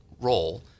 role